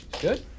good